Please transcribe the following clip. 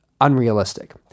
unrealistic